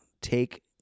take